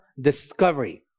discovery